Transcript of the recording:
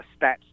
stats